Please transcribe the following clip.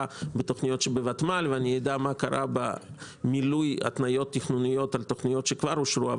בתוכניות בוותמ"ל ומה קרה במילוי התנויות תכנוניות על תוכניות שכבר אושרו,